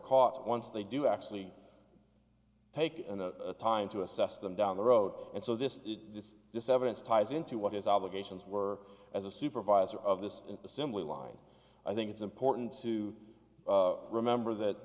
caught once they do actually take the time to assess them down the road and so this this this evidence ties into what his obligations were as a supervisor of this assembly line i think it's important to remember that